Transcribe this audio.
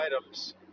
items